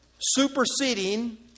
superseding